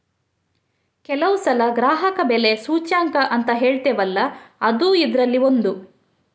ಕೆಲವು ಸಲ ಗ್ರಾಹಕ ಬೆಲೆ ಸೂಚ್ಯಂಕ ಅಂತ ಹೇಳ್ತೇವಲ್ಲ ಅದೂ ಇದ್ರಲ್ಲಿ ಒಂದು